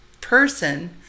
person